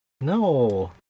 No